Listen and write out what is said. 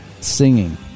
singing